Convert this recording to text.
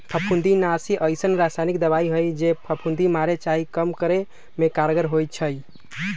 फफुन्दीनाशी अइसन्न रसायानिक दबाइ हइ जे फफुन्दी मारे चाहे कम करे में कारगर होइ छइ